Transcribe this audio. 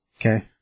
Okay